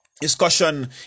discussion